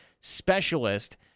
specialist